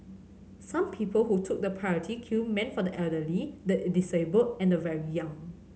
some people who took the priority queue meant for the elderly the disabled and the very young